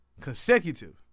consecutive